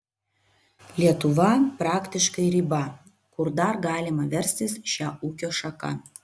lietuva praktiškai riba kur dar galima verstis šia ūkio šaka